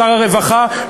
שר הרווחה,